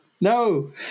no